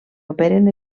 operen